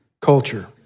culture